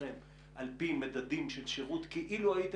עלו פה דברים.